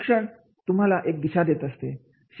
शिक्षण तुम्हाला एक दिशा देत असते